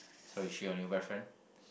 so is she or your boyfriend